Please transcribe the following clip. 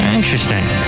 Interesting